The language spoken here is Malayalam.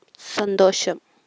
സന്തോഷം